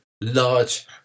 large